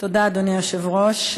תודה, אדוני היושב-ראש.